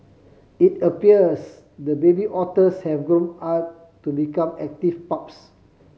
it appears the baby otters have grown up to become active pups